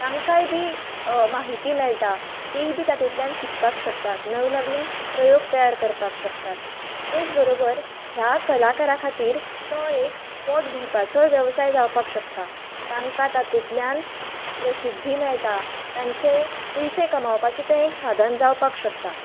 तांकांय बी म्हायती मेळटा तीय बी तातूंतल्यान शिकपाक शकतात नव नवीन प्रयोग तयार करपाक शकतात तेच बरोबर ह्या कलाकारा खातीर तो एक पोट भरपाचो वेवसाय जावपाक शकता तांका तातुंतल्यान प्रसिद्धी मेळटा तांचे पयशे कमावपाचे तें एक साधन जावपाक शकता